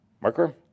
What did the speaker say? Marker